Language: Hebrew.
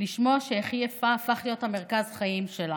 לשמוע שהיא הכי יפה הפך להיות מרכז החיים שלה.